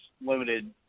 limited